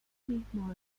mismo